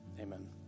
amen